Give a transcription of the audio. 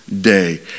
day